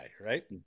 right